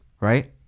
Right